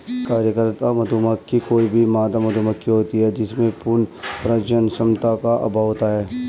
कार्यकर्ता मधुमक्खी कोई भी मादा मधुमक्खी होती है जिसमें पूर्ण प्रजनन क्षमता का अभाव होता है